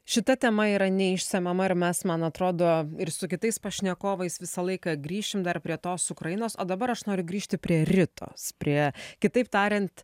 šita tema yra neišsemiama ir mes man atrodo ir su kitais pašnekovais visą laiką grįšim dar prie tos ukrainos o dabar aš noriu grįžti prie ritos prie kitaip tariant